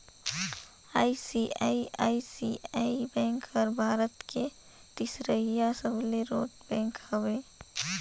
ICICI bank हर भारत के तीसरईया सबले रोट बेंक हवे